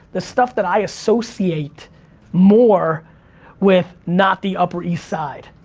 the stuff that i associate more with not the upper east side.